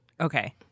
Okay